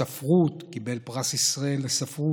הספרות, הוא קיבל פרס ישראל לספרות,